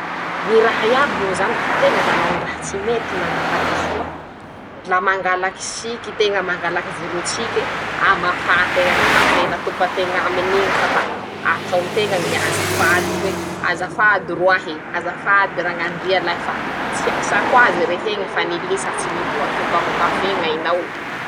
Ñy raha iaby moa zany, lafa teña manao ñy raha tsy mety, manao ñy hadisoa, la mangalaky siky teña, mangalaky vorotsike, hamafanteña any kafé natompanteña aminy ñy ka la, ataonteña ñy azafade hoe :"azafady roahe, azafady rañandria lahy fa, tsy asakoazy reheñe fa nilisatse nivoatompako kafé ñ'ainao".